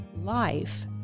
life